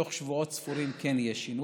שבתוך שבועות ספורים כן יהיה שינוי.